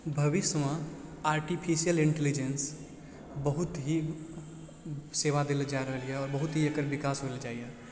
भविष्यमे artificial intelligence बहुत ही सेवा दय लए जए रहल यऽ आओर बहुत ही एकर बिकास होइ लए जए रहल यऽ